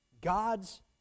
God's